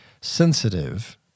sensitive